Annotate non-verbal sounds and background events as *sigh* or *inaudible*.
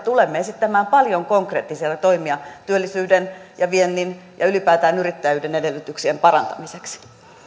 *unintelligible* tulemme esittämään paljon konkreettisia toimia työllisyyden ja viennin ja ylipäätään yrittäjyyden edellytyksien parantamiseksi